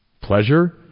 pleasure